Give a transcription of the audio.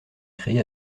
créé